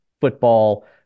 football